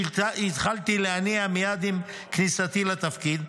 שהתחלתי להניע מייד עם כניסתי לתפקיד.